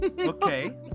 Okay